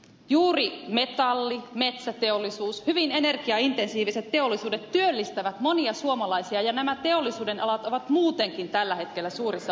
juuri metalli metsäteollisuus hyvin energiaintensiiviset teollisuudet työllistävät monia suomalaisia ja nämä teollisuudenalat ovat muutenkin tällä hetkellä suurissa vaikeuksissa